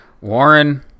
Warren